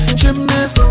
gymnast